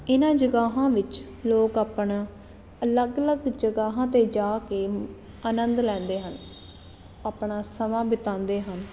ਇਹਨਾਂ ਜਗਾਵਾਂ ਵਿੱਚ ਲੋਕ ਆਪਣਾ ਅਲੱਗ ਅਲੱਗ ਜਗਾਵਾਂ 'ਤੇ ਜਾ ਕੇ ਆਨੰਦ ਲੈਂਦੇ ਹਨ ਆਪਣਾ ਸਮਾਂ ਬਿਤਾਉਂਦੇ ਹਨ